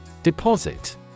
deposit